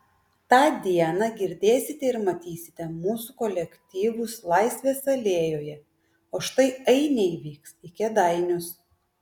tą dieną girdėsite ir matysite mūsų kolektyvus laisvės alėjoje o štai ainiai vyks į kėdainius